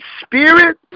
spirit